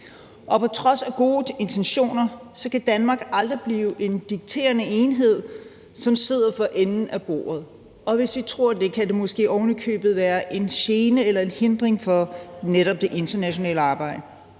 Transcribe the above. På trods af gode intentioner kan Danmark aldrig blive en dikterende enhed, som sidder for enden af bordet. Hvis vi tror det, kan det måske ovenikøbet være en gene eller en hindring for netop det internationale arbejde.